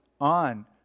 on